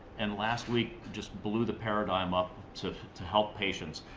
and last week just blew the paradigm up to to help patients.